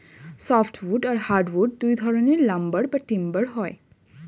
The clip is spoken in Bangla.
সফ্ট উড আর হার্ড উড দুই ধরনের লাম্বার বা টিম্বার হয়